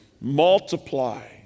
Multiply